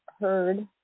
heard